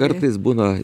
kartais būna